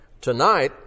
Tonight